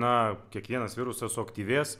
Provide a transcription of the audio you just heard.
na kiekvienas virusas suaktyvės